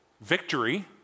victory